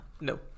no